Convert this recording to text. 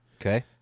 Okay